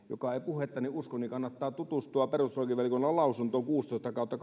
joka ei puhettani usko kannattaa tutustua perustuslakivaliokunnan lausuntoon kuusitoista kautta